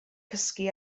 cysgu